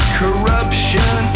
corruption